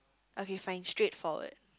okay fine straight forward